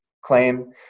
claim